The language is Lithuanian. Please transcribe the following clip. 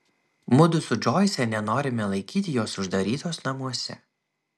mudu su džoise nenorime laikyti jos uždarytos namuose